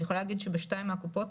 אני יכולה להגיד שבשתיים מהקופות,